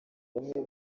bamwe